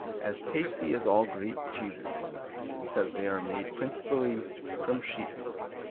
as tasty as all greek cheeses because they are made principally from sheep milk.